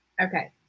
okay